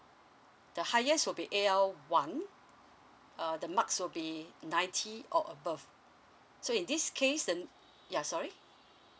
the highest would be A_L one uh the marks will be ninety or above so in this case the ya sorry